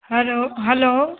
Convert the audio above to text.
hello hello